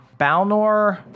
Balnor